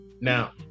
Now